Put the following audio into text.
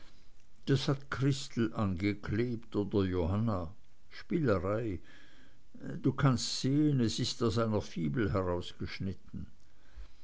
das hat christel angeklebt oder johanna spielerei du kannst sehen es ist aus einer fibel herausgeschnitten